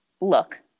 look